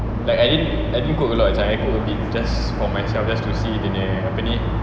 like I didn't cook a lot macam I cook a bit just for myself just to see apa ni